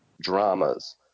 dramas